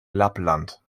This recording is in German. lappland